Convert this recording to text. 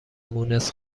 مونس